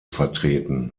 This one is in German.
vertreten